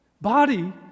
Body